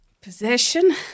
possession